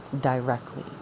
directly